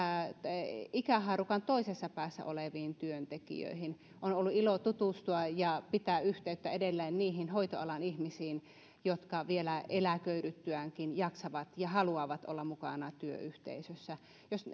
tämän ikähaarukan toisessa päässä oleviin työntekijöihin on ollut ilo tutustua ja pitää yhteyttä edelleen niihin hoitoalan ihmisiin jotka vielä eläköidyttyäänkin jaksavat ja haluavat olla mukana työyhteisössä jos